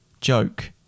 joke